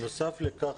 בנוסף לכך,